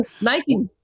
Nike